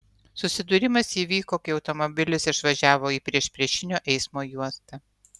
susidūrimas įvyko kai automobilis išvažiavo į priešpriešinio eismo juostą